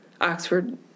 Oxford